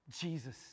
Jesus